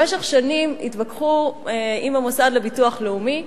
במשך שנים התווכחו עם המוסד לביטוח לאומי,